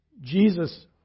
Jesus